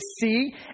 see